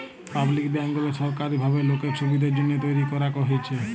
public bank গুলা সরকারি ভাবে লোকের সুবিধের জন্যহে তৈরী করাক হয়েছে